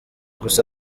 gusa